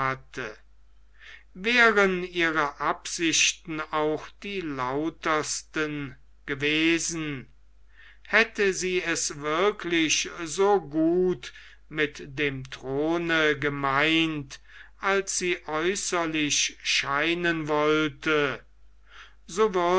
wären ihre absichten auch die lautersten gewesen hätte sie es wirklich so gut mit dem throne gemeint als sie äußerlich scheinen wollte so